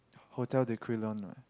hotel they create alone lah